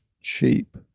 cheap